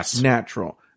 natural